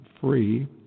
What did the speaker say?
free